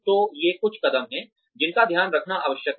तो ये कुछ कदम हैं जिनका ध्यान रखना आवश्यक है